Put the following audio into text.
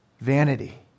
Vanity